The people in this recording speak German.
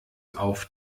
auf